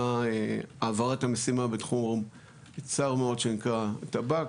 העברת המשימה בתחום הצר מאוד שנקרא טב"ק,